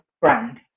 brand